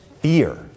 fear